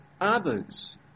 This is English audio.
others